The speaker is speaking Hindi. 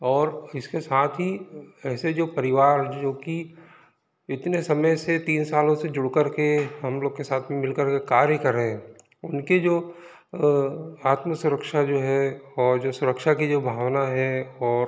और इसके साथ ही ऐसे जो परिवार जो कि इतने समय से तीन सालों से जुड़ कर के हम लोग के साथ में मिल कर कार्य कर रहे हैं उनके जो आत्मसुरक्षा जो है और सुरक्षा की जो भावना है और